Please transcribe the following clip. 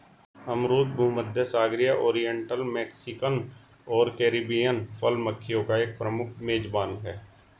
अमरूद भूमध्यसागरीय, oriental, Mexican और कैरिबियन फल मक्खियों का एक प्रमुख मेजबान है